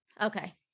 Okay